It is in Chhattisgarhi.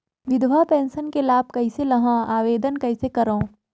विधवा पेंशन के लाभ कइसे लहां? आवेदन कइसे करव?